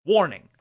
Warning